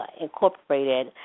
incorporated